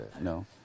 no